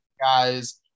guys